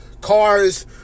cars